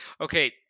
Okay